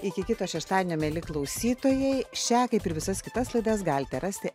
iki kito šeštadienio mieli klausytojai šią kaip ir visas kitas laidas galite rasti